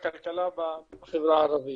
תודה,